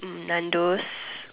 Nando's